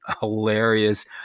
hilarious